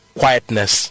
quietness